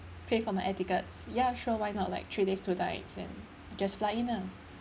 pay for my air tickets ya sure why not like three days two nights and just fly in ah